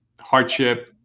hardship